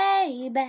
baby